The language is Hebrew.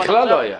נכון.